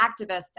activists